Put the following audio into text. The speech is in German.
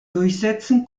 durchsetzen